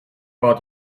war